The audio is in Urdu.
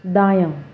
دایاں